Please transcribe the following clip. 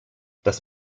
das